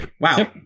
Wow